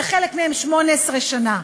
וחלק מהם 18 שנה.